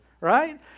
right